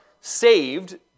saved